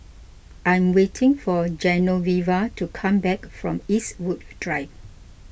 I am waiting for Genoveva to come back from Eastwood Drive